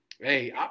Hey